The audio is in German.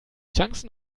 chancen